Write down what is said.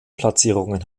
platzierungen